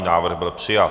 Návrh byl přijat.